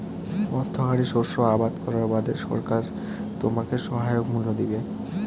অর্থকরী শস্য আবাদ করার বাদে সরকার তোমাক সহায়ক মূল্য দিবে